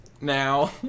now